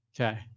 Okay